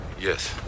Yes